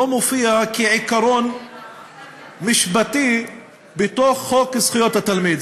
לא מופיע כעיקרון משפטי בתוך חוק זכויות התלמיד.